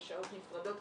בשעות נפרדות,